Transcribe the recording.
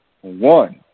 one